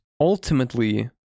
ultimately